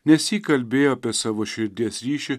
nesyk kalbėjo apie savo širdies ryšį